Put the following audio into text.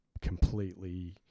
completely